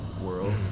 world